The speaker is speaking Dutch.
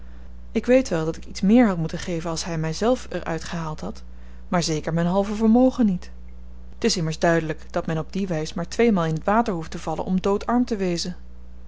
ik weet wel dat ik iets meer had moeten geven als hy myzelf er uit gehaald had maar zeker myn halve vermogen niet t is immers duidelyk dat men op die wys maar tweemaal in t water hoeft te vallen om doodarm te wezen